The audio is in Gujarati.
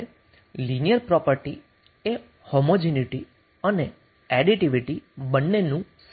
હવે લિનિયર પ્રોપર્ટી એ હોમોજીનીટી અને એડીટીવિટિ બંનેનું સંયોજન છે